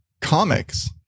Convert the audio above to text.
comics